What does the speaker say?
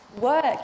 work